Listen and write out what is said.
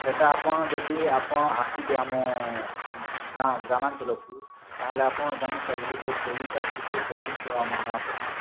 ସେଟା ଆପଣ ଯଦି ଆପଣ ଆସିବେ ଆମ ଗାଁ ଗ୍ରାମାଞ୍ଚଲକୁ ତା'ହେଲେ ଆପଣ ଜାଣିପାରିବେ କେଲିଟା କେତେ ପ୍ରସିଦ୍ଧ ଆମ ଗାଁ ପଟେ